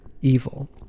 evil